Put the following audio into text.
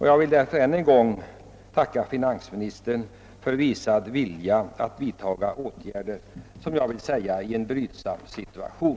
Jag tackar än en gång finansministern för den vilja han visat att vidta åtgärder i en för skogsägarna brydsam situation.